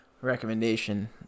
recommendation